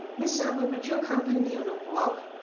miss sackmann, would you accompany me on a walk